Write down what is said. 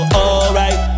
alright